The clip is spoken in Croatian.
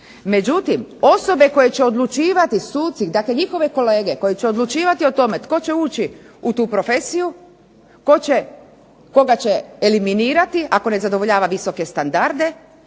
Međutim osobe koje će odlučivati, suci, dakle njihove kolege koje će odlučivati o tome tko će ući u tu profesiju, koga će eliminirati ako ne zadovoljava visoke standarde,